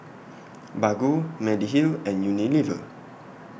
Baggu Mediheal and Unilever